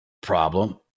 problem